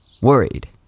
worried